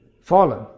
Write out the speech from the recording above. fallen